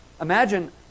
Imagine